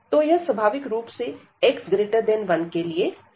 तो यह स्वभाविक रूप से x1 के लिए सत्य है